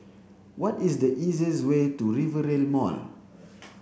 what is the easiest way to Rivervale Mall